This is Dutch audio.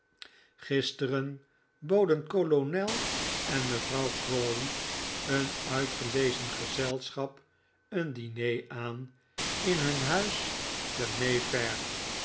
gisteren boden kolonel en mevrouw crawley een uitgelezen gezelschap een diner aan in hun huis te may fair